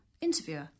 interviewer